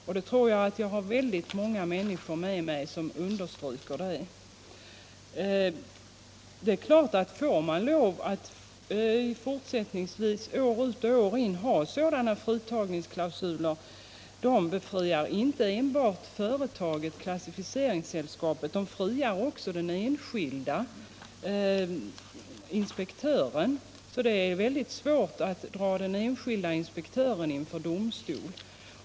Jag tror att jag har väldigt många människor med mig när jag understryker det. Om man fortsättningsvis år ut och år in får lov att ha sådana fritagningsklausuler, så fritar de inte enbart företaget, klassificeringssällskapet, de friar också den enskilde inspektören från ansvar. Det är mycket svårt att dra den enskilde inspektören inför domstol.